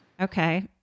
Okay